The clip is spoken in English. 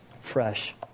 fresh